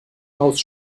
maus